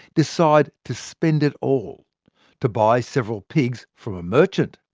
decide to spend it all to buy several pigs from a merchant.